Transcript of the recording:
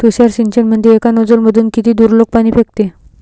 तुषार सिंचनमंदी एका नोजल मधून किती दुरलोक पाणी फेकते?